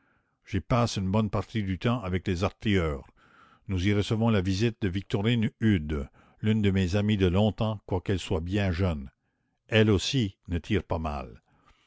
j'y passe une bonne partie du temps avec les artilleurs nous y recevons la visite de victorine eudes l'une de mes amies de longtemps quoiqu'elle soit bien jeune elle aussi ne tire pas mal